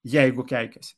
jeigu keikiasi